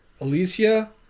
Alicia